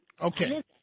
Okay